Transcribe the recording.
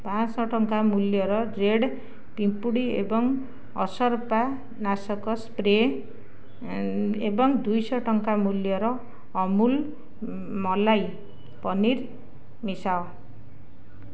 ପାଞ୍ଚଶହ ଟଙ୍କା ମୂଲ୍ୟର ରେଡ଼୍ ପିମ୍ପୁଡ଼ି ଏବଂ ଅସରପା ନାଶକ ସ୍ପ୍ରେ ଏବଂ ଦୁଇଶହ ଟଙ୍କା ମୂଲ୍ୟର ଅମୁଲ ମଲାଇ ପନିର୍ ମିଶାଅ